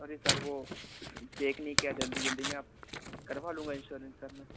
अरे सर वो चेक नहीं किया जल्दी जल्दी में अब करवा लूंगा इंश्यूरेंश मैं